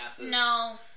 No